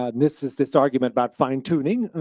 ah and this is this argument about fine tuning,